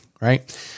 right